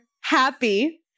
happy